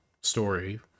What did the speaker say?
story